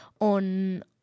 on